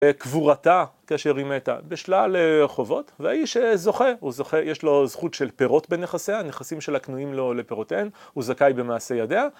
כבורתה כאשר היא מתה בשלל חובות והאיש זוכה. הוא זוכה, יש לו זכות של פירות בנכסיה, נכסים שלה כנועים לו לפירותיהן, הוא זכאי במעשה ידיה